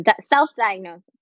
Self-diagnosis